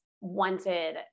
wanted